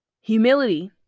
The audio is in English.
Humility